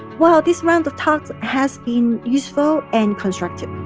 wow, this round of talks has been useful and constructive.